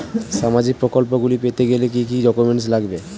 সামাজিক প্রকল্পগুলি পেতে গেলে কি কি ডকুমেন্টস লাগবে?